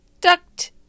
duct